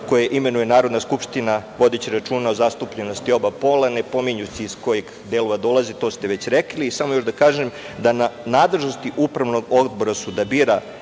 koje imenuje Narodna skupština vodeći računa o zastupljenosti oba pola ne pominjući iz kojih delova dolaze. To ste već rekli. Samo još da kažem da nadležnosti Upravnog odbora da bira,